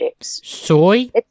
Soy